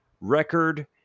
Record